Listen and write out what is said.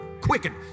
Quicken